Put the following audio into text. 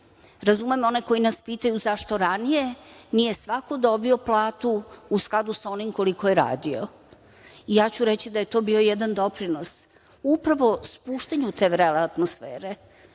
Razumem one koji nas pitaju zašto ranije nije svako dobio platu u skladu sa onim koliko je radio. Ja ću reći da je to bio jedan doprinos upravo spuštanju te vrele atmosfere.